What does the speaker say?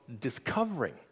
discovering